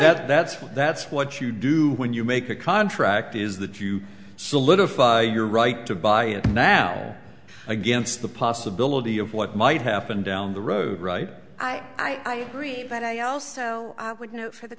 that's what that's what you do when you make a contract is that you solidify your right to buy it now against the possibility of what might happen down the road right i agree but i also would note for the